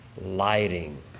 lighting